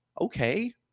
okay